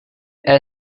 estas